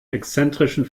exzentrischen